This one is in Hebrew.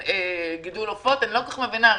לגידול עופות אני לא כל-כך מבינה,